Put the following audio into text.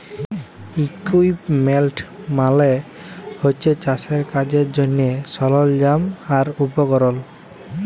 equipment মালে হছে চাষের কাজের জ্যনহে সরল্জাম আর উপকরল